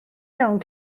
iawn